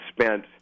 spent